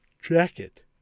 jacket